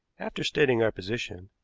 after stating our position,